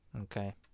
Okay